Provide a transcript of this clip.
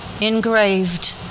engraved